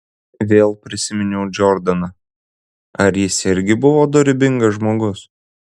vėl prisiminiau džordaną ar jis irgi buvo dorybingas žmogus